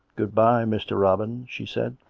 good-bye, mr. robin, she said.